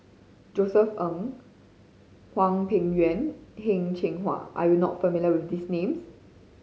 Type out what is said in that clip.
Josef Ng Hwang Peng Yuan Heng Cheng Hwa are you not familiar with these names